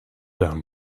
down